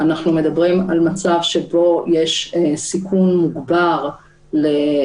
אנחנו מדברים על מצב שבו יש סיכון מוגבר להידבקות,